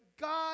God